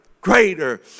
Greater